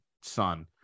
son